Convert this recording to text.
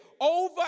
over